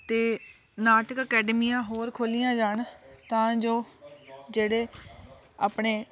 ਅਤੇ ਨਾਟਕ ਅਕੈਡਮੀਆਂ ਹੋਰ ਖੋਲ੍ਹੀਆਂ ਜਾਣ ਤਾਂ ਜੋ ਜਿਹੜੇ ਆਪਣੇ